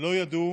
לא ידעו